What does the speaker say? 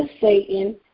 Satan